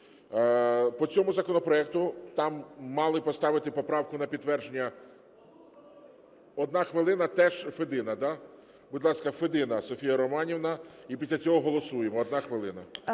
По цьому законопроекту, там мали поставити поправку на підтвердження. Одна хвилина, теж Федина, да? Будь ласка, Федина Софія Романівна і після цього голосуємо, одна хвилина.